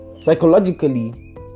psychologically